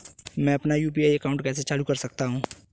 मैं अपना UPI account कैसे चालू कर सकता हूँ?